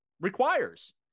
requires